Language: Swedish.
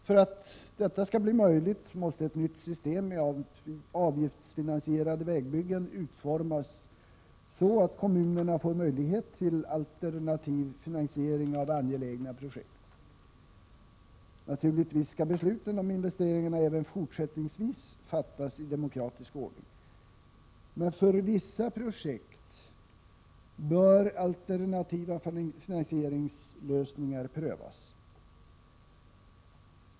För att detta skall kunna bli möjligt måste ett nytt system med avgiftsfinansierade vägbyggen utformas så att kommunerna får möjlighet till alternativ finansiering av angelägna projekt. Besluten om investeringarna skall naturligtvis även fortsättningsvis fattas i demokratisk ordning. För vissa projekt bör emellertid alternativa finansieringslösningar prövas.